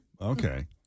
okay